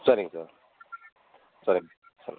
சரிங்க சார் சரிங்க சொல்லுங்கள்